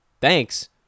thanks